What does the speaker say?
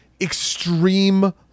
extreme